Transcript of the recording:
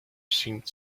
seemed